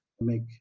make